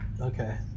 Okay